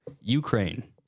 Ukraine